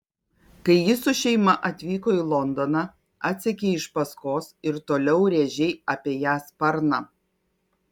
kai ji su šeima atvyko į londoną atsekei iš paskos ir toliau rėžei apie ją sparną